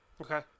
Okay